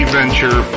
venture